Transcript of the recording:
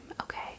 Okay